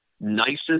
nicest